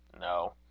No